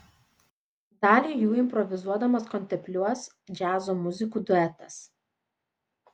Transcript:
dalį jų improvizuodamas kontempliuos džiazo muzikų duetas